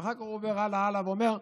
ואחר כך הוא עובר הלאה הלאה ואומר: